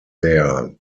there